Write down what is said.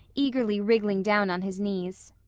eagerly wriggling down on his knees,